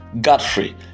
Godfrey